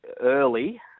early